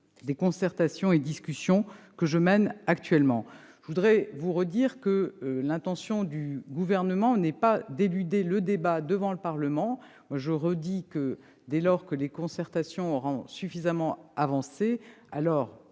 des concertations et discussions que je mène actuellement. Je le redis, l'intention du Gouvernement n'est pas d'éluder le débat devant le Parlement. Dès lors que les concertations auront suffisamment avancé, les